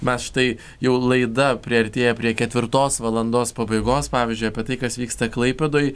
na štai jau laida priartėjo prie ketvirtos valandos pabaigos pavyzdžiui apie tai kas vyksta klaipėdoj